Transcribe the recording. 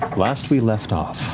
last we left off,